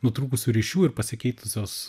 nutrūkusių ryšių ir pasikeitusios